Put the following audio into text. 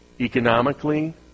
Economically